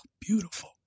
beautiful